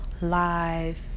live